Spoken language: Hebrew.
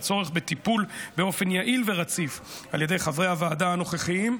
והצורך בטיפול באופן יעיל ורציף על ידי חברי הוועדה הנוכחיים,